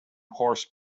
horse